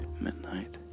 midnight